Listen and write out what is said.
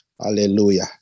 Hallelujah